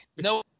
no